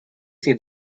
see